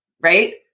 right